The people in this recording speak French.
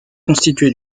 constitué